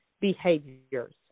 behaviors